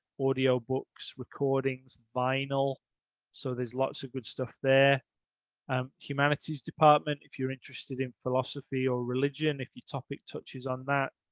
audio books, recordings, vinyl so there's lots of good stuff there and humanities department. if you're interested in philosophy or religion. if your topic touches on that.